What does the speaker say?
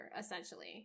essentially